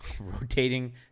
rotating